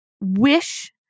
wish